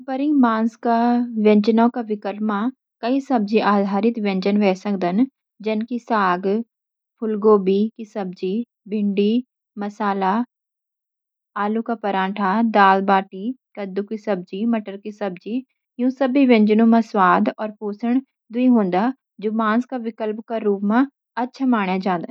पारंपरिक माँस के व्यंजनों के विकल्प में कई सब्ज़ी-आधारित व्यंजन वे सक दन, जन कि साग (पालक), फूलगोभी की सब्जी, भिंडी मसाला, आलू के पराठे, दाल-बाटी, कद्दू की सब्जी और मटर की सब्जी। इन सभी व्यंजनों में स्वाद और पोषण दोनों होदा, जो माँस के विकल्प के रूप म अच्छ माने जांदन।